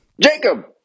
Jacob